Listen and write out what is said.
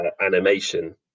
animation